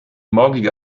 morgige